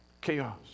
chaos